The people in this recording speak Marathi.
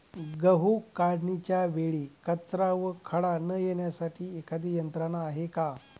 गहू काढणीच्या वेळी कचरा व खडा न येण्यासाठी एखादी यंत्रणा आहे का?